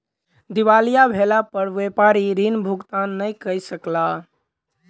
दिवालिया भेला पर व्यापारी ऋण भुगतान नै कय सकला